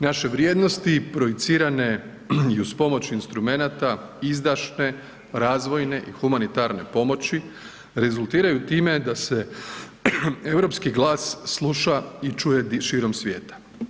Naše vrijednosti projicirane i uz pomoć instrumenata, izdašne, razvojne i humanitarne pomoći rezultiraju time da se europski glas sluša i čuje širom svijeta.